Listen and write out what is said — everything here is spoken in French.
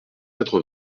quatre